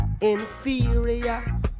inferior